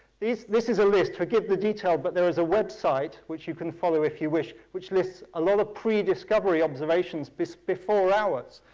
this this is a list, forgive the detail, but there's a website which you can follow if you wish, which lists a lot of prediscovery observations before ours.